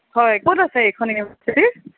হয় ক'ত আছে এইখন ইউনিভাৰচিটি